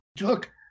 Look